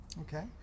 Okay